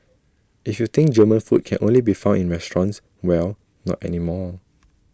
if you think German food can only be found in restaurants well not anymore